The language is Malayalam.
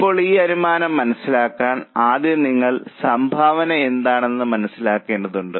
ഇപ്പോൾ ഈ അനുപാതം മനസ്സിലാക്കാൻ ആദ്യം നിങ്ങൾ സംഭാവന എന്താണെന്ന് മനസ്സിലാക്കേണ്ടതുണ്ട്